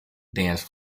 dance